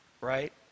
right